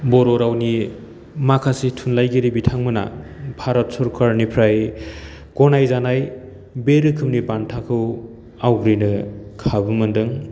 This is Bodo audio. बर' रावनि माखासे थुनलाइगिरि बिथां मोना भारत सरकारनिफ्राय गनायजानाय बे रोखोमनि बान्थाखौ आवग्रिनो खाबु मोन्दों